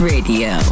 Radio